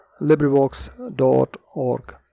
LibriVox.org